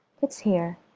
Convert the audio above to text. it's here.